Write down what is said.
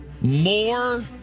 more